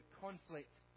conflict